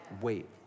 wait